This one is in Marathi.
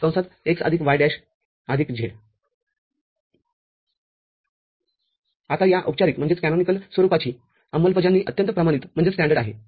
x y' z आता या औपचारिक स्वरूपाची अंमलबजावणी अत्यंत प्रमाणित आहे